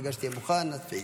ברגע שתהיה מוכן נתחיל.